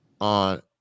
on